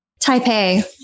Taipei